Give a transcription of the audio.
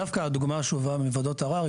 דווקא הדוגמא שהובאה מוועדות ערר,